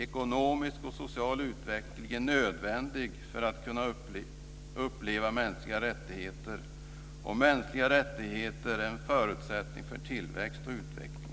Ekonomisk och social utveckling är nödvändigt för att man ska kunna uppleva mänskliga rättigheter, och mänskliga rättigheter är en förutsättning för tillväxt och utveckling.